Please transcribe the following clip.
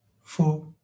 four